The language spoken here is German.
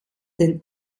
den